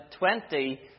20